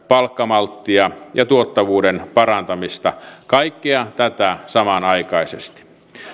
palkkamalttia ja tuottavuuden parantamista kaikkea tätä samanaikaisesti